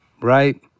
right